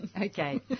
okay